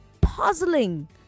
puzzling